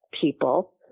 people